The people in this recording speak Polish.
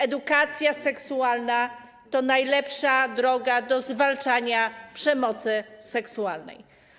Edukacja seksualna to najlepsza droga do zwalczania przemocy seksualnej.